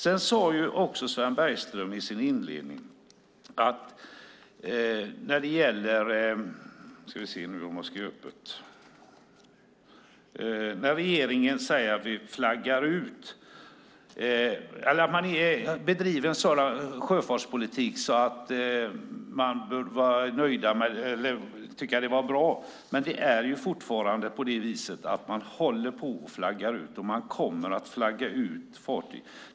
Sven Bergström sade också i sin inledning att regeringen driver en sådan sjöfartspolitik att sjöfarten bör tycka att det är bra, men det är fortfarande på det viset att man håller på att flagga ut fartyg.